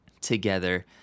together